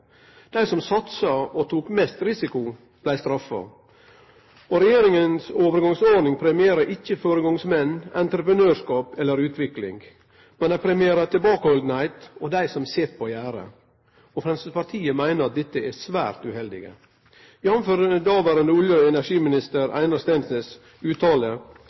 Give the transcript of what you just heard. Dei som satsa og tok mest risiko, blei straffa. Og regjeringas overgangsordning premierer ikkje føregangsmenn, entreprenørskap eller utvikling, men atterhald og dei som sit på gjerdet. Framstegspartiet meiner dette er svært uheldig, jf. dåverande olje- og energiminister